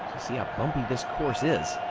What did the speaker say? see how bumpy this course is?